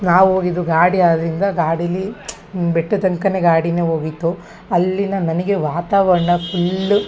ನಾವು ಹೋಗಿದ್ದು ಗಾಡಿ ಆದ್ದರಿಂದ ಗಾಡೀಲಿ ಬೆಟ್ಟದ ತನ್ಕವೇ ಗಾಡಿಯೇ ಹೋಗಿತ್ತು ಅಲ್ಲಿನ ನನಗೆ ವಾತಾವರಣ ಫುಲ್ಲು